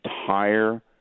entire